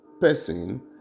person